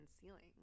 ceiling